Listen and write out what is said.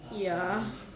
ya